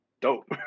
dope